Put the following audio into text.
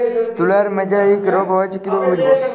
তুলার মোজাইক রোগ হয়েছে কিভাবে বুঝবো?